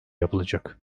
yapılacak